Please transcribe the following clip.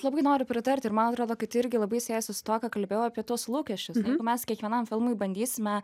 labai noriu pritarti ir man atrodo kad tai irgi labai siejasi su tuo ką kalbėjau apie tuos lūkesčius jeigu mes kiekvienam filmui bandysime